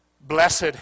Blessed